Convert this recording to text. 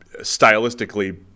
stylistically